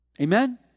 Amen